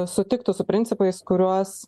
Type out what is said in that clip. sutiktų su principais kuriuos